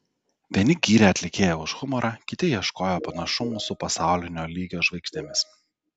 vieni gyrė atlikėją už humorą kiti ieškojo panašumų su pasaulinio lygio žvaigždėmis